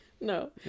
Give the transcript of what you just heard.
No